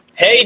Hey